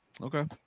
Okay